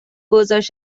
گزارش